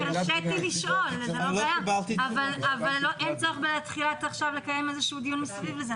אבל אין צורך לקיים דיון סביב זה עכשיו.